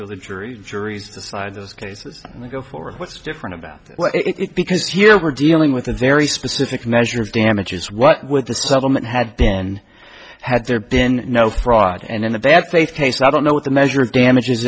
are the jury juries decide those cases and they go forward what's different about it because here we're dealing with a very specific measures damages what would the settlement have been had there been no fraud and in the bad faith case i don't know what the measure of damages